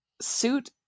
suit